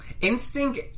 Instinct